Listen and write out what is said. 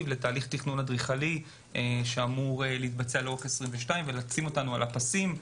לתהליך תכנון אדריכלי שאמור להתבצע לאורך 2022 ולשים אותנו על הפסים.